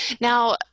Now